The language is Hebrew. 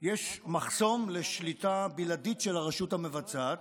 יש מחסום לשליטה בלעדית של הרשות המבצעת,